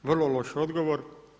Vrlo loš odgovor.